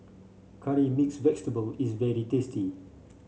Curry Mixed Vegetable is very tasty